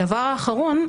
הדבר האחרון,